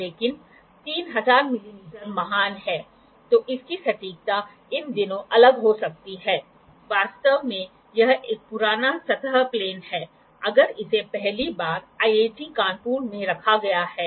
तो यहाँ हम क्या करते हैं कि हम ४५ डिग्री लेने की कोशिश करते हैं ठीक है